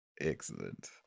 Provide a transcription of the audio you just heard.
Excellent